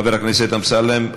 חבר הכנסת אמסלם,